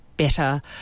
better